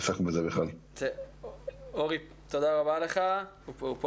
למה שאמרתי בהתחלה חבר הכנסת אייכלר, אם אתה